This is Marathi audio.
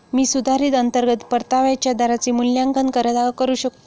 मी सुधारित अंतर्गत परताव्याच्या दराचे मूल्यांकन कसे करू?